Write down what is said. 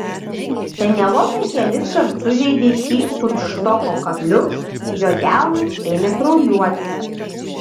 penelopė keliskart sužeidė šį futštoko kabliu jo delnas ėmė kraujuoti